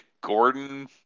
Gordon